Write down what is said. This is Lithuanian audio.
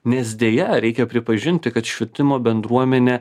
nes deja reikia pripažinti kad švietimo bendruomenė